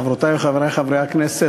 חברותי וחברי חברי הכנסת,